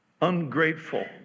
Ungrateful